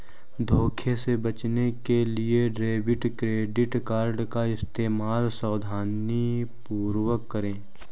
धोखे से बचने के लिए डेबिट क्रेडिट कार्ड का इस्तेमाल सावधानीपूर्वक करें